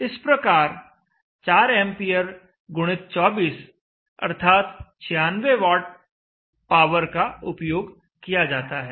इस प्रकार 4 एंपियर गुणित 24 अर्थात 96 वाट पावर का उपयोग किया जाता है